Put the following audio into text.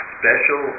special